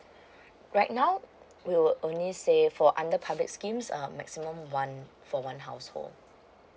right now we will only say for under public schemes uh maximum one for one household